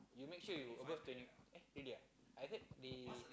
you make sure you above twenty eh really ah I heard they